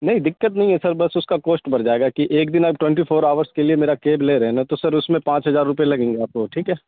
نہیں دقت نہیں ہے سر بس اس کا کوسٹ بڑھ جائے گا کہ ایک دن آپ ٹوئنٹی فور آورس کے لیے میرا کیب لے رہے ہیں نا تو سر اس میں پانچ ہزار روپئے لگیں گے آپ کو ٹھیک ہے